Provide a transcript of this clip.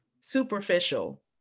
superficial